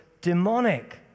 demonic